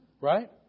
right